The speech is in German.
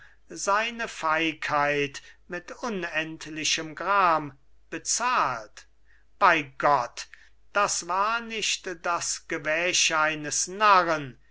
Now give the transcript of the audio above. seine feigheit mit unendlichem gram bezahlt bei gott das war nicht das gewäsch eines narren